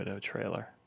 trailer